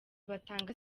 batanga